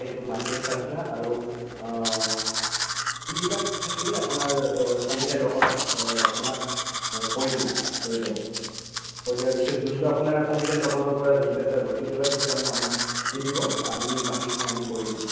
সেইটো মাটিৰ খাজনা আৰু এইবিলাক থাকিলে আপোনাৰ কম্পিউটাৰ দোকানত আপোনাক কৰি দিব লৈ যাব লৈ দিয়াৰ পিছত যোনটো আপোনাৰ কম্পিউটাৰ দোকানৰ পৰা যোনটো এটা ৰছিদ উলায় সেইটো আনি আমাক দি দিব আমি বাকীখিনি আমি কৰি ল'ম